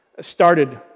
started